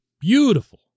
Beautiful